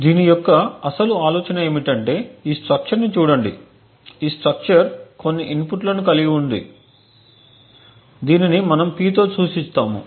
దీని యొక్క అసలు ఆలోచన ఏమిటంటే ఈ స్ట్రక్చర్ని చూడండి ఈ స్ట్రక్చర్ కొన్ని ఇన్పుట్లను కలిగి ఉంటుంది దీనిని మనం P తో సూచిస్తాము